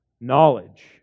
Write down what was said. knowledge